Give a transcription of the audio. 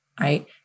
right